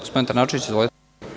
Gospodin Trnavčević, izvolite.